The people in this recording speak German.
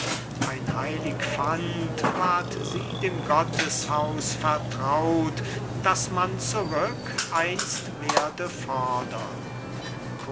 ein heilig pfand ward sie dem gotteshaus vertraut das man zurück einst werde fordern